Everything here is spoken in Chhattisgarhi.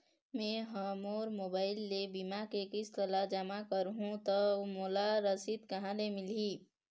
मैं हा मोर मोबाइल ले बीमा के किस्त ला जमा कर हु ता मोला रसीद कहां ले मिल ही?